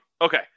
Okay